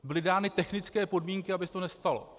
Byly dány technické podmínky, aby se to nestalo.